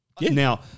Now